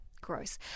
Gross